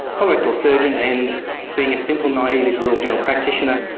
colorectal surgeon, and being a simple naive rural general practitioner,